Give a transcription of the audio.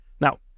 Now